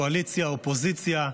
קואליציה-אופוזיציה,